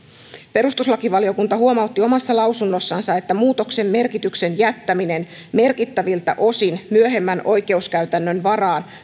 perustuslakivaliokunta huomautti omassa lausunnossaan että muutoksen merkityksen jättäminen merkittäviltä osin myöhemmän oikeuskäytännön varaan